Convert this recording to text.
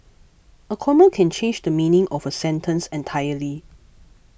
a comma can change the meaning of a sentence entirely